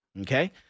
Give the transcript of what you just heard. Okay